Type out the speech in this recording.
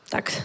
Tak